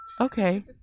Okay